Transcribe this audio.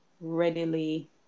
readily